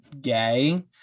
gay